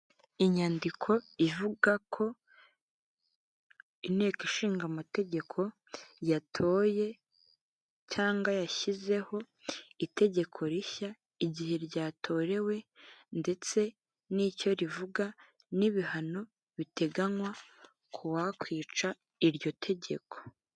Inyandiko ivuga ko inteko ishinga amategeko yatoye cyangwa yashyizeho itegeko rishya, igihe ryatorewe ndetse n'icyo rivuga, n'ibihano biteganywa ku wakwica iryo tegeko.